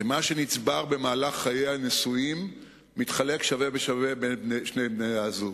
מה שנצבר במהלך חיי הנישואים מתחלק שווה בשווה בין שני בני-הזוג.